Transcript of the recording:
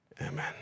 amen